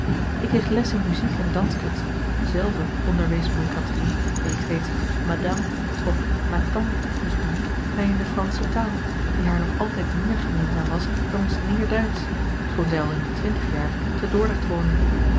ik kreeg les in muziek en danskunst zelve onderwees moei catrine die ik steeds madame of ma tante moest noemen mij in de fransche taal die haar nog altijd meer gemeenzaam was dan ons neêrduitsch schoon zij al in de twintig jaar te